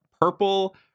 purple